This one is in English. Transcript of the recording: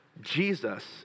Jesus